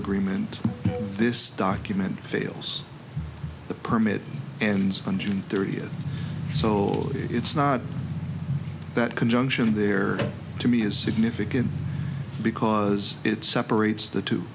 agreement this document fails the permit ends on june thirtieth so it's not that conjunction there to me is significant because it separates the two